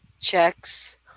checks